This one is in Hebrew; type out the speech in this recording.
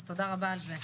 אז תודה רבה על זה.